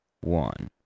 one